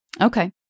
Okay